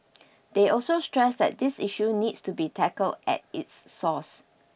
they also stressed that this issue needs to be tackled at its source